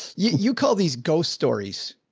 you call these ghost stories.